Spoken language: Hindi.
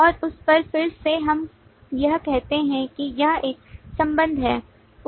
और उस पर फिर से हम यह कहते हैं कि यह एक संबंध है